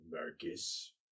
Marcus